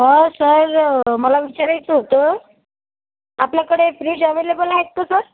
हा सर मला विचारायचं होतं आपल्याकडे फ्रीज अवेलेबल आहेत का सर